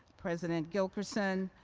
president gilkerson,